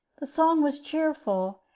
the song was cheerful,